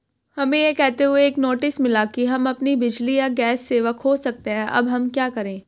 हमें यह कहते हुए एक नोटिस मिला कि हम अपनी बिजली या गैस सेवा खो सकते हैं अब हम क्या करें?